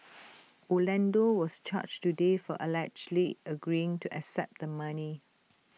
Orlando was charged today for allegedly agreeing to accept the money